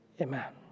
amen